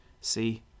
See